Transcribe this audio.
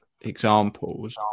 examples